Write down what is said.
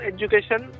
Education